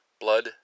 blood